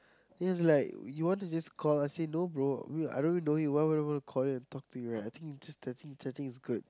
he was like you want to just call I say no bro I mean I don't even know you why would I wanna call you and talk to you right I think just chatting chatting is good